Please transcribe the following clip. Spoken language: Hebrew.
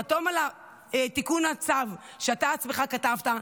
חתום על תיקון הצו שאתה עצמך כתבת,